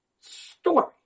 story